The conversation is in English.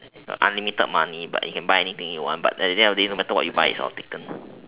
unlimited money but you can buy anything you want but at the end of the day no matter what you buy is all taken